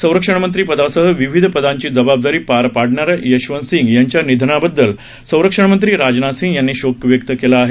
संरक्षणमंत्री पदासह विविध पदांची जबाबदारी पार पाडणाऱ्या जसवंत सिंग यांच्या निधनाबद्दल संरक्षणनंत्री राजनाथ सिंग यांनी शोक व्यक्त केला आहे